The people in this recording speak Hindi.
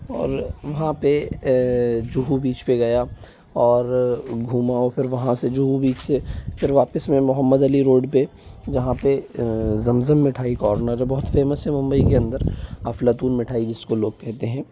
और वहाँ पे जुहू बीच पे गया और घुमा और फिर वहाँ से जुहू बीच से फिर वापस मैं मोहम्मद अली रोड पे जहाँ पे जम जम मिठाई कॉर्नर है बहुत फेमस है मुंबई के अंदर अफलातून मिठाई जिसको लोग कहते हैं